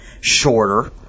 shorter